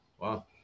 Wow